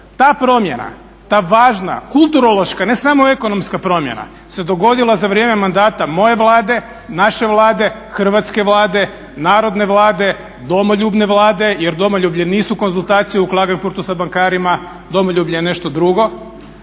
Ta promjena, ta važna kulturološka, ne samo ekonomska promjena se dogodila za vrijeme mandata moje Vlade, naše Vlade, Hrvatske Vlade, narodne Vlade, domoljubne Vlade jer domoljublje nisu konzultacije u Klagenfurtu sa bankarima, domoljublje je nešto drugo,